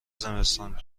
زمستان